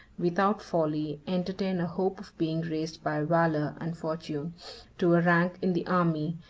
without folly, entertain a hope of being raised by valor and fortune to a rank in the army,